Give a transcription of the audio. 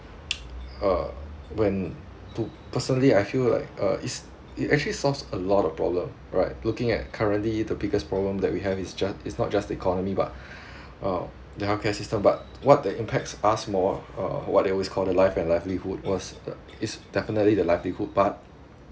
uh when per~ personally I feel like uh is it actually solves a lot of problem right looking at currently the biggest problem that we have is just it's not just the economy but um the health care system but what the impact are small uh what they always call the life and livelihood was the is definitely the livelihood part